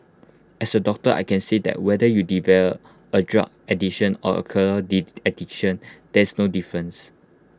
as A doctor I can say that whether you develop A drug addiction or addiction there is no difference